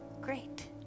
Great